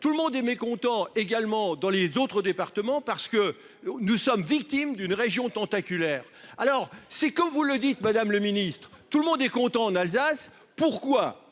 Tout le monde est mécontent également dans les autres départements parce que nous sommes victimes d'une région tentaculaire. Alors c'est comme vous le dites Madame le Ministre tout le monde est content en Alsace. Pourquoi